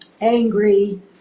angry